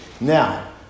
Now